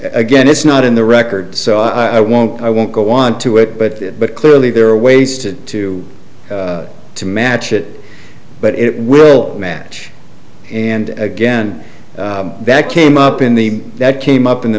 again it's not in the records so i won't i won't go onto it but but clearly there are ways to to to match it but it will match and again that came up in the that came up in the